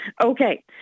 Okay